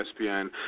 ESPN